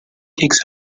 takes